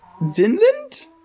Vinland